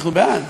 אנחנו בעד.